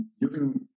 using